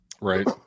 Right